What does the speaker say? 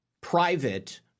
private